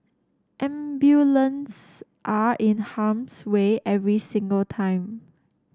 ambulances are in harm's way every single time